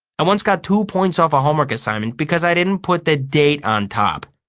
i once got two points off a homework assignment because i didn't put the date on top.